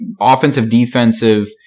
offensive-defensive